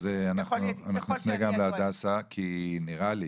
אז אנחנו נפנה גם להדסה, כי נראה לי